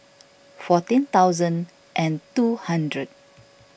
fourteen thousand and two hundred